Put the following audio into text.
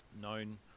known